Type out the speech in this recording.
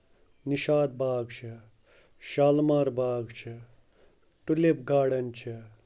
نِشاط باغ چھِ شالمار باغ چھِ tulip garden چھِ